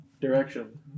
direction